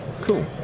Cool